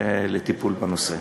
לטיפול בנושא.